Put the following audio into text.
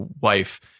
wife